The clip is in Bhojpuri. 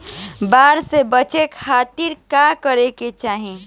बाढ़ से बचे खातिर का करे के चाहीं?